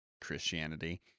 christianity